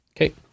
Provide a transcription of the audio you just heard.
Okay